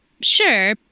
Sure